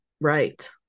Right